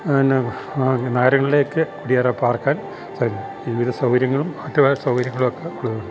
എന്നാ നഗരങ്ങളിലേക്ക് കൂടിയേറി പാർക്കാൻ വിവിധ സൗകര്യങ്ങളും മറ്റുപല സൗകര്യങ്ങൾ ഒക്കെ ഉള്ളത് കൊണ്ട്